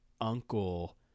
uncle